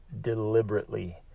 deliberately